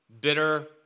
bitter